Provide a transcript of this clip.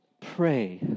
pray